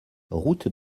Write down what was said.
route